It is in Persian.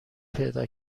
پیدا